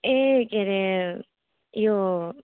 ए के अरे यो